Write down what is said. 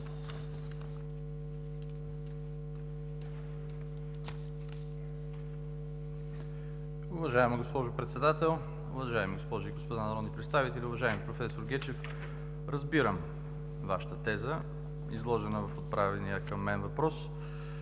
Уважаема госпожо Председател, уважаеми госпожи и господа народни представители! Уважаеми професор Гечев, разбирам Вашата теза, изложена в отправения към мен въпрос,